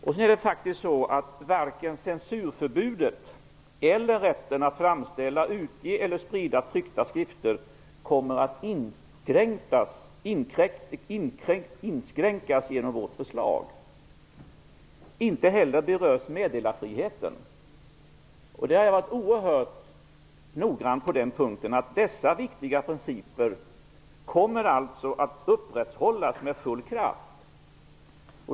Sedan är det faktiskt så att varken censurförbudet eller rätten att framställa, utge eller sprida tryckta skrifter kommer att inskränkas genom vårt förslag. Inte heller berörs meddelarfriheten. Vi har varit oerhört noggranna på den punkten. Dessa viktiga principer kommer att upprätthållas med full kraft.